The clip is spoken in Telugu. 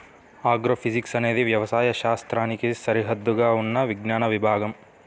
ఆగ్రోఫిజిక్స్ అనేది వ్యవసాయ శాస్త్రానికి సరిహద్దుగా ఉన్న విజ్ఞాన విభాగం